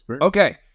okay